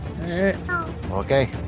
Okay